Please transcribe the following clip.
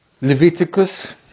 Leviticus